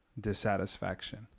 dissatisfaction